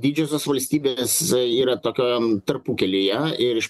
didžiosios valstybės yra tokiam tarpukelyje ir iš